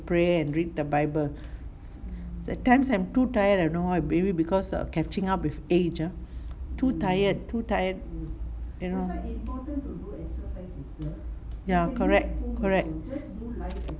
pray and read the bible some times I'm too tired I don't know why maybe because err catching up with age uh too tired too tired you know ya correct correct